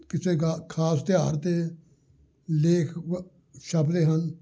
ਕਿਸੇ ਗਾ ਖ਼ਾਸ ਤਿਉਹਾਰ 'ਤੇ ਲੇਖ ਵ ਛਪਦੇ ਹਨ